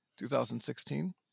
2016